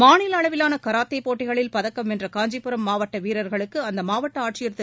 மாநில அளவிலான கராத்தே போட்டிகளில் பதக்கம் வென்ற காஞ்சிபுரம் மாவட்ட வீரர்களுக்கு அம்மாவட்ட ஆட்சியர் திரு